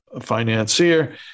financier